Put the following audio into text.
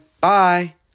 Bye